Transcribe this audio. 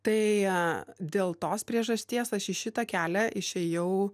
tai dėl tos priežasties aš į šitą kelią išėjau